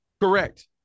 Correct